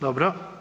Dobro.